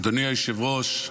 אדוני היושב-ראש,